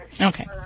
Okay